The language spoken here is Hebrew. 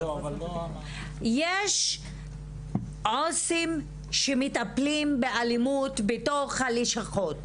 יש עו"סים שמטפלים באלימות בתור הלשכות.